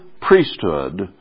priesthood